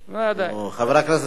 חבר הכנסת בן-ארי,